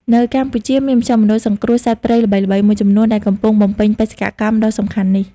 នៅកម្ពុជា មានមជ្ឈមណ្ឌលសង្គ្រោះសត្វព្រៃល្បីៗមួយចំនួនដែលកំពុងបំពេញបេសកកម្មដ៏សំខាន់នេះ។